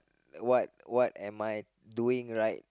what what am I doing right